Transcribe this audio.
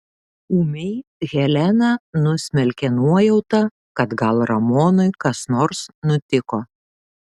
ūmiai heleną nusmelkė nuojauta kad gal ramonui kas nors nutiko